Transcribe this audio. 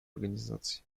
организаций